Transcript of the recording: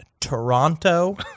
Toronto